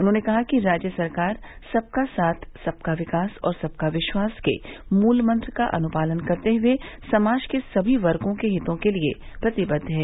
उन्होंने कहा कि राज्य सरकार सबका साथ सबका विकास और सबका विश्वास के मूल मंत्र का अनुपालन करते हए समाज के समी वर्गो के हितों के लिए प्रतिबद्द है